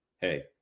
hey